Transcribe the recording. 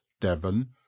devon